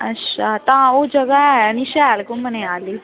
अच्छा तां ओह् जगह ऐ नी शैल घूमने आह्ली